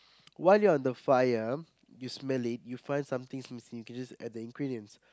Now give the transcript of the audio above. when you are at fire you smelly you find something since you can just add the ingredients